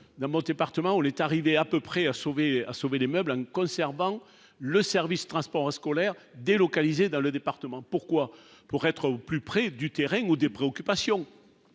d'abord, département où elle est arrivée à peu près à sauver, a sauvé les meubles en conservant le service transport scolaire dans le département, pourquoi pour être au plus près du terrain ou des préoccupations